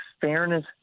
fairness